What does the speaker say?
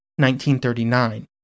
1939